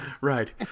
Right